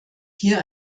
hier